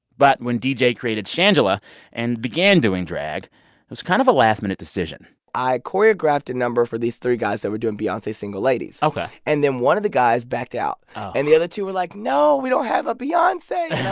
but when d j. created shangela and began doing drag, it was kind of a last-minute decision i choreographed a number for these three guys that were doing beyonce's single ladies. ok and then one of the guys backed out oh and the other two were like, no, we don't have a beyonce